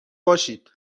باشید